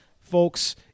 Folks